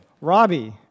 robbie